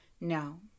No